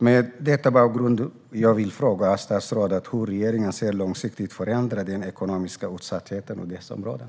Mot denna bakgrund vill jag fråga statsrådet: Hur ser regeringen långsiktigt på att förändra den ekonomiska utsattheten i dessa områden?